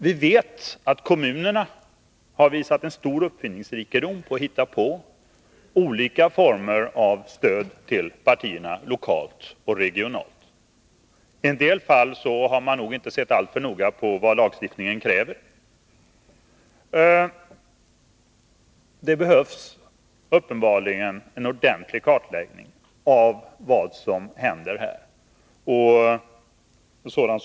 Vi vet att kommunerna visat stor uppfinningsrikedom när det gällt att hitta på olika former av stöd till partierna lokalt och regionalt. I en del fall har man nog inte sett alltför noga på vad lagstiftningen kräver. Det behövs uppenbarligen en ordentlig kartläggning av vad som händer på detta område.